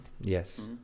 yes